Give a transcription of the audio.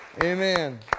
Amen